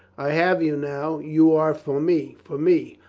i have you now. you are for me, for me.